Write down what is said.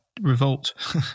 revolt